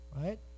right